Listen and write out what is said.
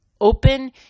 open